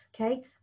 Okay